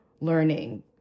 Learning